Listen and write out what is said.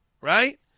right